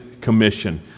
commission